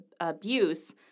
abuse